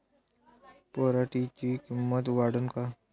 पराटीची किंमत वाढन का?